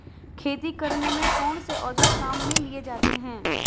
खेती करने में कौनसे औज़ार काम में लिए जाते हैं?